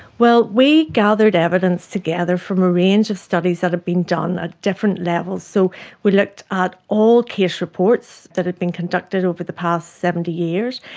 well, we gathered evidence together from a range of studies that have been done at ah different levels. so we looked at all case reports that had been conducted over the past seventy years.